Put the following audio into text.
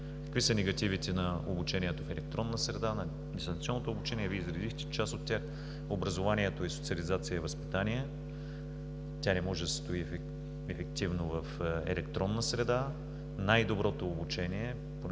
Какви са негативите на обучението в електронната среда на дистанционното обучение? Вие изредихте част от тях. Образованието е социализация и възпитание. То не може да се състои ефективно в електронна среда. Най-доброто обучение,